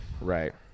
Right